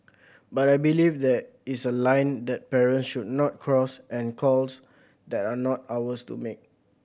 but I believe that It's a line that parents should not cross and calls that are not ours to make